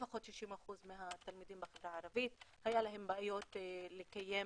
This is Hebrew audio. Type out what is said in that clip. לפחות ל-60% מהתלמידים בחברה הערבית היו בעיות לקיים